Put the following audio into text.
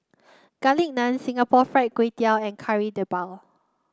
Garlic Naan Singapore Fried Kway Tiao and Kari Debal